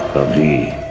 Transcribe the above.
of the